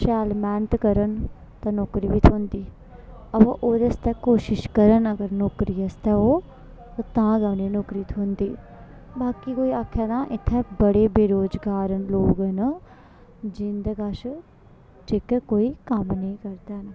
शैल मेह्नत करन ते नौकरी बी थ्होंदी अवा ओह्दे आस्तै कोशिश करन अगर नौकरी आस्तै ओह् ते तां गै उनेंई नौकरी थ्होंदी बाकी कोई आखै तां इत्थै बड़े बेरोजगार लोक न जिंदे कश जेह्के कोई कम्म नेईं करदे हैन